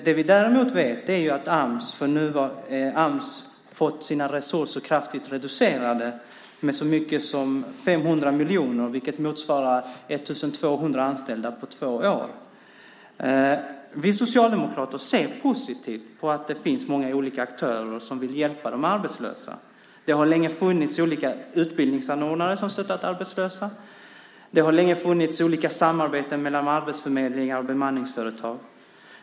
Det vi däremot vet är att Ams har fått sina resurser kraftigt reducerade, med så mycket som 500 miljoner, vilket motsvarar 1 200 anställda på två år. Vi socialdemokrater ser positivt på att det finns många olika aktörer som vill hjälpa de arbetslösa. Det har länge funnits olika utbildningsanordnare som har stöttat arbetslösa. Det har länge funnits olika samarbeten mellan arbetsförmedlingar och bemanningsföretag.